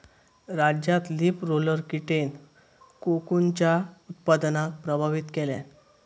राज्यात leaf roller कीटेन कोकूनच्या उत्पादनाक प्रभावित केल्यान